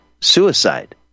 suicide